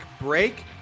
break